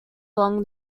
along